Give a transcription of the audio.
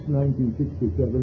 1967